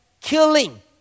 killing